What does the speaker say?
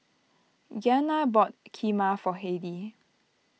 Giana bought Kheema for Heidy